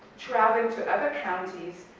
traveling to other counties,